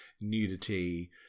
nudity